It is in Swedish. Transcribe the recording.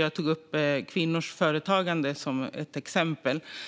Jag tog upp kvinnors företagande som ett exempel.